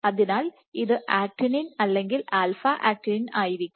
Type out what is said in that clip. അതിനാൽ ഇത് ആക്റ്റിൻ അല്ലെങ്കിൽ ആൽഫ ആക്ടിനിൻ α Actininആയിരിക്കും